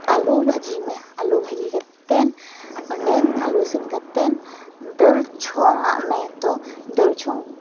ᱟᱹᱞᱩ ᱵᱷᱟᱹᱡᱤᱢᱮ ᱟᱹᱞᱩ ᱵᱷᱟᱹᱡᱤ ᱠᱟᱛᱮᱫ ᱚᱸᱰᱮᱢ ᱤᱥᱤᱱ ᱠᱟᱛᱮᱫ ᱫᱟᱹᱞ ᱪᱷᱚᱝᱟᱜᱢᱮ ᱛᱚ ᱫᱟᱹᱞ ᱪᱷᱚᱝ